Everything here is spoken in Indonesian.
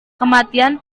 kematian